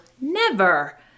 never